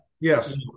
Yes